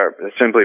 simply